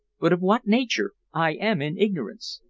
but of what nature, i am in ignorance.